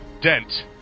Dent